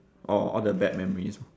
orh all the bad memories